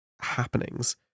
happenings